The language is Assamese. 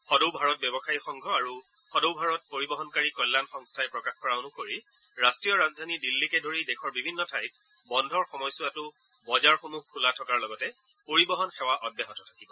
সদৌ ভাৰত ব্যৱসায়ী সংঘ আৰু সদৌ ভাৰত পৰিবহনকাৰী কল্যাণ সন্থাই প্ৰকাশ কৰা অনুসৰি ৰাষ্ট্ৰীয় ৰাজধানী দিল্লীকে ধৰি দেশৰ বিভিন্ন ঠাইত বন্ধৰ সময়ছোৱাতো বজাৰসমূহ খোলা থকাৰ লগতে পৰিবহন সেৱা অব্যাহত থাকিব